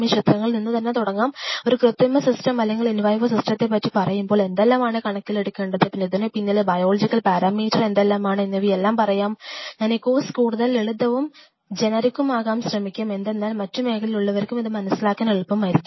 ഈ ചിത്രങ്ങളിൽ നിന്നു തന്നെ തുടങ്ങാംഒരു കൃത്രിമ സിസ്റ്റം അല്ലെങ്കിൽ ഇൻവിവോ സിസ്റ്റത്തെ പറ്റി പറയുമ്പോൾ എന്തെല്ലാമാണ് കണക്കിലെടുക്കേണ്ടത് പിന്നെ ഇതിനുപിന്നിലെ ബയോളജിക്കൽ പാരാമീറ്റർ എന്തെല്ലാമാണ് എന്നിവയെല്ലാം പറയാം ഞാൻ ഈ കോഴ്സ് കൂടുതൽ ലളിതവും ജനറിക്കുമാക്കാൻ ശ്രമിക്കാം എന്തെന്നാൽ മറ്റു മേഖലയിലുള്ളവർക്കും ഇത് മനസ്സിലാക്കാൻ എളുപ്പമായിരിക്കും